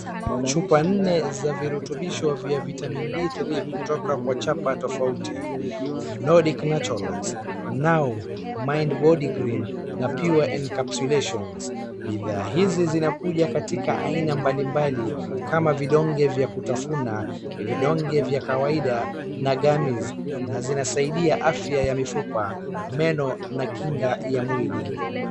Chupa nne za virutubisho vya vitamin D three kutoka kwa chapa tofauti: Nordic Naturals, Now, Mind Body Green na Pure Encapsulations . Bidhaa hizi zinakuja katika aina mbalimbali kama vidonge vya kutafuna, vidonge vya kawaida na gummies , na zinasaidia afya ya mifupa, meno na kinga ya mwili.